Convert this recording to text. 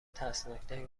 ترسناکتر